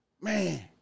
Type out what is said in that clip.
Man